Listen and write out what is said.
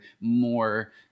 more